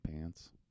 pants